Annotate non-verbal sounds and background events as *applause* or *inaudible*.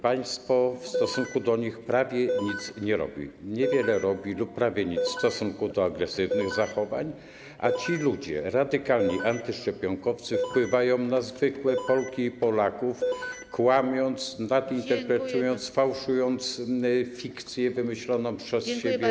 Państwo w stosunku do nich *noise* prawie nic nie robi, niewiele lub prawie nic nie robi w stosunku do agresywnych zachowań, a ci ludzie, radykalni antyszczepionkowcy, wpływają na zwykłe Polki i Polaków, kłamią i nadinterpretowują, fałszują i mylą fikcję wymyśloną przez siebie.